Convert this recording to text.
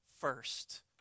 first